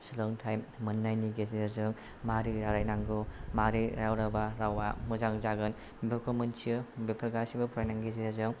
सोलोंथाइ मोननायनि गेजेरजों माबोरै रायलायनांगौ माबोरै रायलायबा रावा मोजां जागोन बेफोरखौ मोन्थियो बेखौ फरायनायनि गेजेरजों